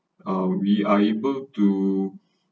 uh we are able to